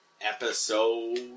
Episode